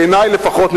בעיני לפחות,